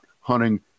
hunting